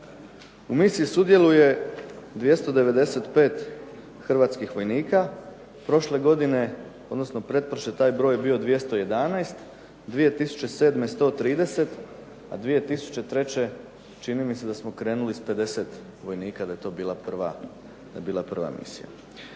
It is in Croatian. U misiji sudjeluje 295 hrvatskih vojnika, prošle godine, odnosno pretprošle taj je broj bio 211, 2007. 130, a 2003. čini mi se da smo krenuli s 50 vojnika, da je to bila prva misija.